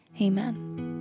Amen